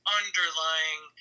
underlying